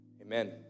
Amen